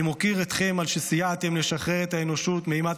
אני מוקיר אתכם על שסייעתם לשחרר את האנושות מאימת